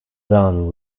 done